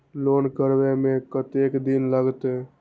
Loan करबे में कतेक दिन लागते?